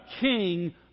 king